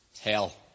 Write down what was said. hell